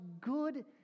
good